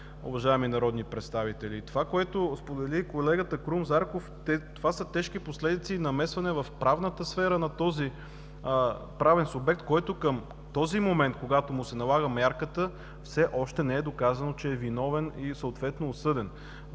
уважаеми народни представители. Това, което сподели колегата Крум Зарков, са тежки последици и намесване в правната сфера на този правен субект, който към този момент, когато му се налага мярката, все още не е доказано, че е виновен и съответно осъден.